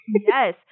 Yes